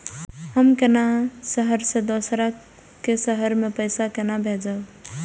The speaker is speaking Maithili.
हम केना शहर से दोसर के शहर मैं पैसा केना भेजव?